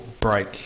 break